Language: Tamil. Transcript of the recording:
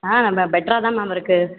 ஆ ரொம்ப பெட்டராக தான் மேம் இருக்குது